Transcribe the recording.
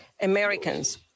Americans